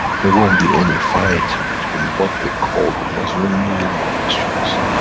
there won't be any fight, between what they call the muslim and the christians.